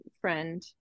friend